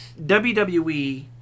WWE